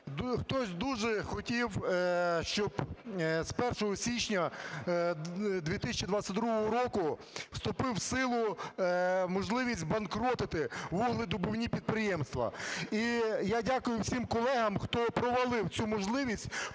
хтось дуже хотів, щоб з 1 січня 2022 року вступив в силу можливість банкротити вугледобувні підприємства. І я дякую всім колегам, хто провалив цю можливість,